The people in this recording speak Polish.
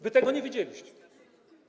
Wy tego nie widzieliście.